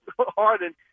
Harden